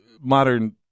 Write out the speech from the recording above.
modern